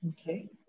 Okay